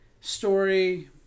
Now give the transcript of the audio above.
story